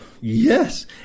yes